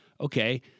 Okay